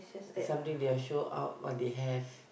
something they will show out what they have